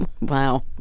wow